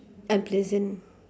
unpleasant